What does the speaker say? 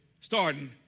starting